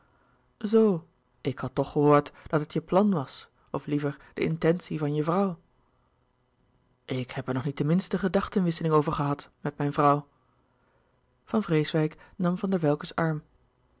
zoo ik had toch gehoord dat het je plan was of liever de intentie van je vrouw ik heb er nog niet de minste gedachtenwisseling over gehad met mijn vrouw van vreeswijck nam van der welcke's arm